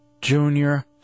Junior